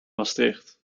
maastricht